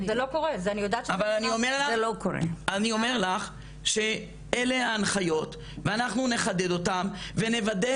אני אומר לך שאלה ההנחיות ואנחנו נחדד אותם ונוודא